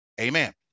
Amen